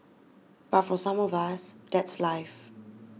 but for some of us that's life